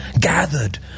gathered